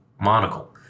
Monocle